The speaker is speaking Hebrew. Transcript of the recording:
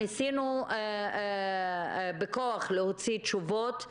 ניסינו בכוח להוציא תשובות,